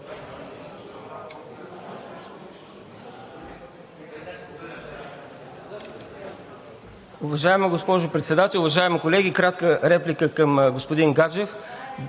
Уважаема госпожо Председател, уважаеми колеги, кратка реплика към господин Гаджев.